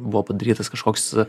buvo padarytas kažkoks